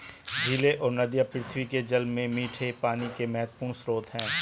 झीलें और नदियाँ पृथ्वी के जल में मीठे पानी के महत्वपूर्ण स्रोत हैं